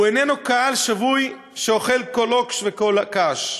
הוא איננו קהל שבוי שאוכל כל לוקש וכל קש.